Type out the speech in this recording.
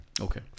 okay